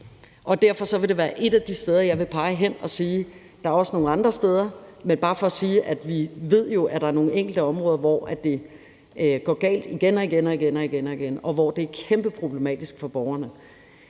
Derfor vil det være et af de steder, jeg vil pege hen. Der er også nogle andre steder, men det er bare for at sige, at vi jo ved, at der er nogle enkelte områder, hvor det går galt igen og igen, og hvor det er kæmpe problematisk for borgerne.